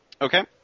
Okay